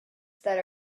that